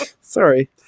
Sorry